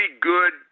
good